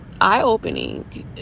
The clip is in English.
eye-opening